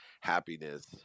happiness